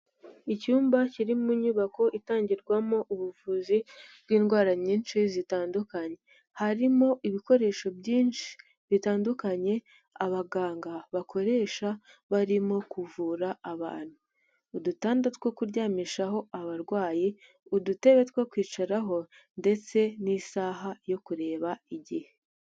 Icyumba kiri mu nyubako itangirwamo ubuvuzi bw'indwara nyinshi zitandukanye, harimo ibikoresho byinshi bitandukanye abaganga bakoresha barimo kuvura abantu, udutanda two kuryamishaho abarwayi, udutebe two kwicaraho ndetse n'isaha yo kureba igihe.